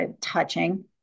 touching